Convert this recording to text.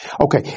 Okay